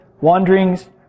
Wanderings